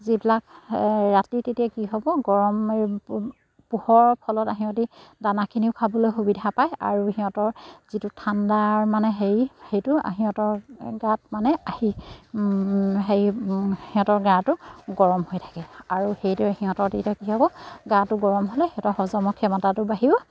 যিবিলাক ৰাতি তেতিয়া কি হ'ব গৰম পোহৰৰ ফলত সিহঁতি দানাখিনিও খাবলৈ সুবিধা পায় আৰু সিহঁতৰ যিটো ঠাণ্ডাৰ মানে হেৰি সেইটো সিহঁতৰ গাত মানে আহি হেৰি সিহঁতৰ গাটো গৰম হৈ থাকে আৰু সেইটোৱে সিহঁতৰ তেতিয়া কি হ'ব গাটো গৰম হ'লে সিহঁতৰ হজমৰ ক্ষমতাটো বাঢ়িব